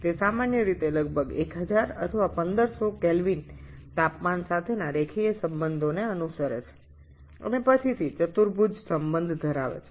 এটি সাধারণত ১০০০ বা ১৫০০ K তাপমাত্রা পর্যন্ত রৈখিক সম্পর্ক স্থাপন করে এবং পরবর্তীকালে একটি দ্বিঘাত সম্পর্ক অনুসরণ করে